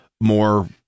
more